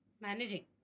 managing